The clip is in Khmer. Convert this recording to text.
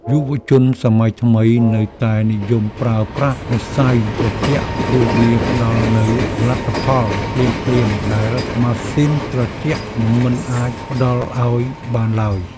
យុវវ័យសម័យថ្មីនៅតែនិយមប្រើប្រាស់ម្សៅត្រជាក់ព្រោះវាផ្តល់នូវលទ្ធផលភ្លាមៗដែលម៉ាស៊ីនត្រជាក់មិនអាចផ្ដល់ឱ្យបានឡើយ។